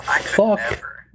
Fuck